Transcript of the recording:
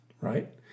right